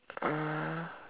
uh